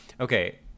okay